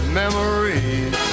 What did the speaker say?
memories